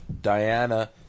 Diana